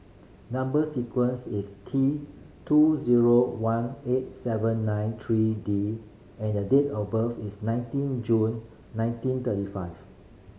number sequence is T two zero one eight seven nine three D and the date of birth is nineteen June nineteen thirty five